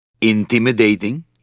Intimidating